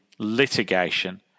litigation